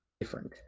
different